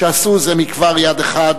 שעשו זה כבר יד אחת